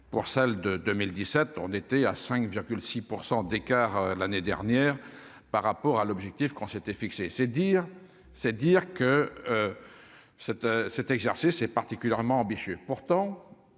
pour celle de 2017 endetté à 5 6 % d'écart l'année dernière par rapport à l'objectif qu'on s'était fixé, c'est dire : c'est dire que cet cet exercice est particulièrement ambitieux,